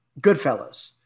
Goodfellas